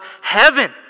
heaven